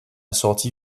sortie